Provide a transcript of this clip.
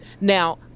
now